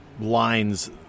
lines